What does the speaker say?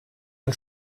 ein